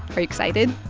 are you excited?